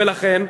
ולכן,